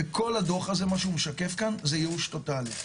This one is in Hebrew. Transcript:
כל הדו"ח הזה, מה שהוא משקף כאן זה ייאוש טוטאלי.